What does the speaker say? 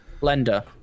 blender